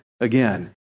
again